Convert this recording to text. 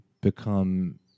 become